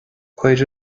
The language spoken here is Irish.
cuir